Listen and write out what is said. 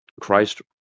Christ